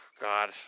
God